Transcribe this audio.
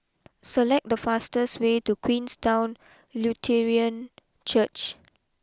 select the fastest way to Queenstown Lutheran Church